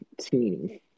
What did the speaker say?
team